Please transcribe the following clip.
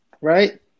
Right